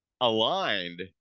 aligned